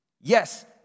Yes